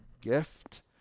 gift